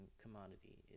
commodity